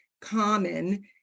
common